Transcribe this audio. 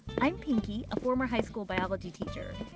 i'm pinky, a former high school biology teacher.